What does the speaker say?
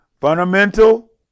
fundamental